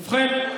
ובכן,